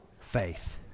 faith